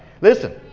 Listen